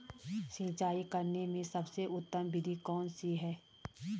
सिंचाई करने में सबसे उत्तम विधि कौन सी है?